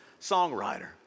songwriter